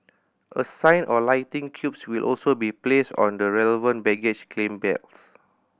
a sign or lightning cubes will also be placed on the relevant baggage claim belts